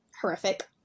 horrific